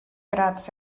gradd